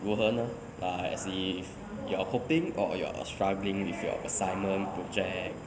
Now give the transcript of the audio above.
如何呢 like as if you are coping or you are struggling with your assignment projects